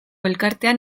elkartean